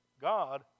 God